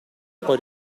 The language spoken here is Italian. poi